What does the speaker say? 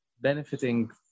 benefiting